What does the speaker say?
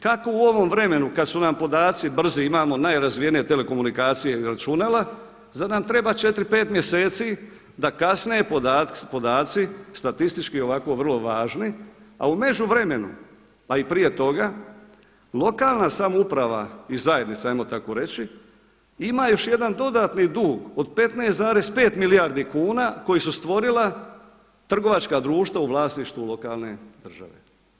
Kako u ovom vremenu kada su nam podaci, imamo najrazvijene telekomunikacije i računala, zar nam treba 4, 5 mjeseci da kasne podaci statistički ovako vrlo važni, a u međuvremenu, a i prije toga, lokalna samouprava i zajednica ajmo tako reći, ima još jedan dodatni dug od 15,5 milijardi kuna koja su stvorila trgovačka društva u vlasništvu lokalne države.